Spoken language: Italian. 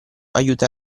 aiuta